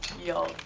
yo,